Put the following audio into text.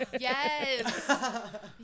Yes